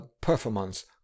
performance